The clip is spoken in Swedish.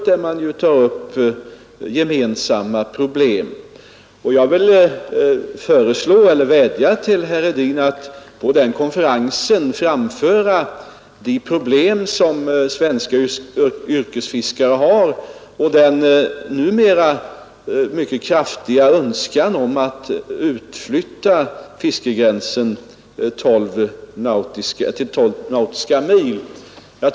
Där skall man ta upp gemensamma problem, och jag vill därför vädja till herr Hedin att på den konferensen framföra de problem som svenska yrkesfiskare har och deras numera mycket starka önskan att flytta ut fiskegränsen till 12 nautiska mil.